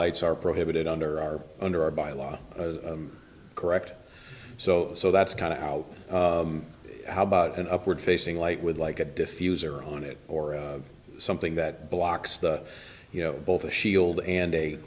lights are prohibited under our under our by law correct so so that's kind of out how about an upward facing like with like a diffuser on it or something that blocks the you know both a shield and